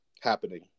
happening